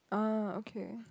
ah okay